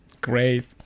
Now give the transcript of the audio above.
great